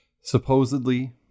supposedly